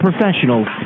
professionals